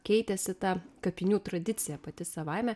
keitėsi ta kapinių tradicija pati savaime